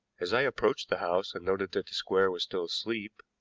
as i approached the house and noted that the square was still asleep,